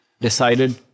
decided